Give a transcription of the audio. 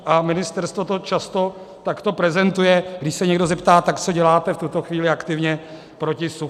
A ministerstvo to často takto prezentuje, když se někdo zeptá: tak co děláte v tuto chvíli aktivně proti suchu?